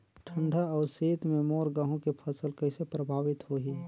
ठंडा अउ शीत मे मोर गहूं के फसल कइसे प्रभावित होही?